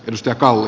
pystiä call